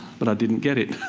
but i didn't get it.